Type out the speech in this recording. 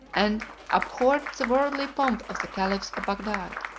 and abhorred the worldly pomp of the caliphs of bagdad.